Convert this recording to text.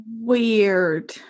Weird